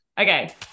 Okay